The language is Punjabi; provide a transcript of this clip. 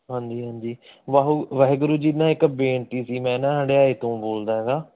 ਹਾਂਜੀ ਹਾਂਜੀ ਵਾਹੁ ਵਾਹਿਗੁਰੂ ਜੀ ਨਾ ਇੱਕ ਬੇਨਤੀ ਸੀ ਮੈਂ ਨਾ ਹੰਢਿਆਏ ਤੋਂ ਬੋਲਦਾ ਹੈਗਾ